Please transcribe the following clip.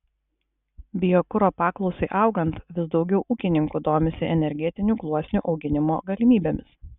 biokuro paklausai augant vis daugiau ūkininkų domisi energetinių gluosnių auginimo galimybėmis